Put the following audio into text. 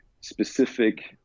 specific